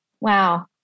wow